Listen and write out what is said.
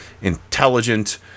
intelligent